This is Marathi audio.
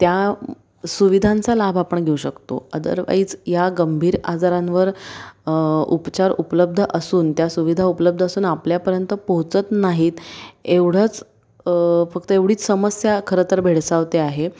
त्या सुविधांचा लाभ आपण घेऊ शकतो अदरवाईज ह्या गंभीर आजारांवर उपचार उपलब्ध असून त्या सुविधा उपलब्ध असून आपल्यापर्यंत पोहोचत नाहीत एवढंच फक्त एवढीच समस्या खरंतर भेडसावते आहे